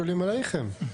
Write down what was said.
שלום עליכם.